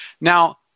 Now